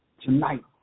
Tonight